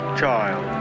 child